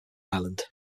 island